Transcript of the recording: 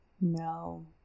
no